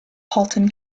halton